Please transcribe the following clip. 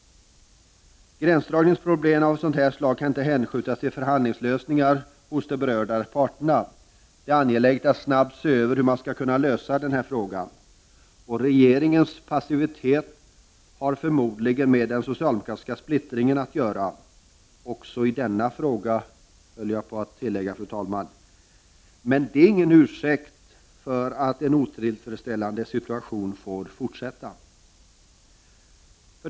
Gränsdragningsproblem av ett sådant här slag kan inte hänskjutas till förhandlingslösningar hos de berörda parterna. Det är angeläget att snabbt se över hur man skall kunna lösa denna fråga. Regeringens passivitet har förmodligen med den socialdemokratiska splittringen att göra — också i denna fråga, höll jag på att tillägga. Men det är ingen ursäkt för att en otillfredsställande situation får fortsätta.